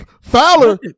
Fowler